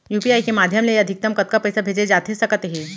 UPI के माधयम ले अधिकतम कतका पइसा भेजे जाथे सकत हे?